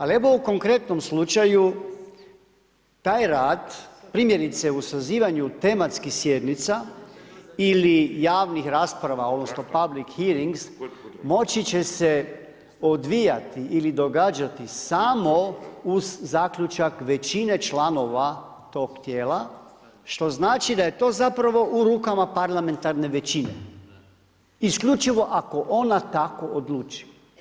Ali evo u konkretnom slučaju taj rad primjerice u sazivanju tematskih sjednica ili javnih rasprava odnosno public hearings moći će se odvijati ili događati samo uz zaključak većine članova toga tijela, što znači da je to zapravo u rukama parlamentarne većine isključivo ako ona tako odluči.